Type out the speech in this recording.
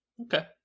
Okay